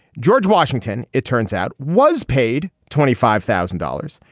george washington it turns out was paid twenty five thousand dollars.